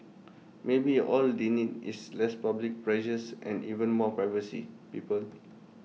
maybe all they need is less public pressures and even more privacy people